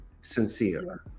sincere